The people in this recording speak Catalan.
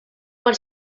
per